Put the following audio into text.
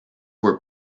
were